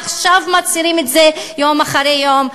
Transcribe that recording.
עכשיו מצהירים את זה יום אחרי יום,